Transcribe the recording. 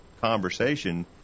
conversation